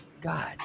God